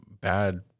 bad